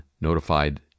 notified